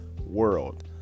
world